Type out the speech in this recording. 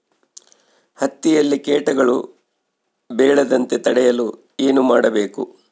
ಹತ್ತಿಯಲ್ಲಿ ಕೇಟಗಳು ಬೇಳದಂತೆ ತಡೆಯಲು ಏನು ಮಾಡಬೇಕು?